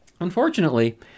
Unfortunately